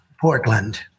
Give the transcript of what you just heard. Portland